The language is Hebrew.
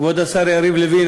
כבוד השר יריב לוין,